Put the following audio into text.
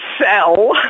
sell